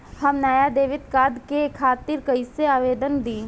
हम नया debit card के खातिर कइसे आवेदन दीं?